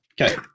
Okay